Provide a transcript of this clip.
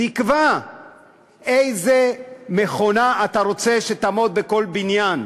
תקבע איזו מכונה אתה רוצה שתעמוד בכל בניין,